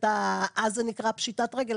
אז זה נקרא פשיטת רגל,